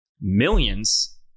millions